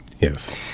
yes